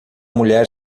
mulher